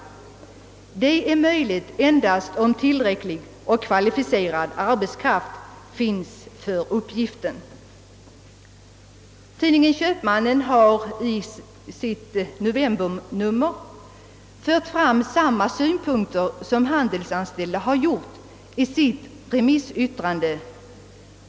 Det är möjligt endast om tillräcklig och kvalificerad arbetskraft finns för uppgiften.» Tidningen Köpmannen har i sitt novembernummer framfört samma synpunkter som Handelsanställda i sitt remissyttrande.